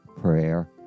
prayer